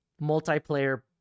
multiplayer